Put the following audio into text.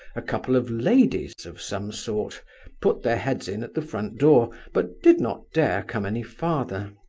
a couple of ladies of some sort put their heads in at the front door, but did not dare come any farther.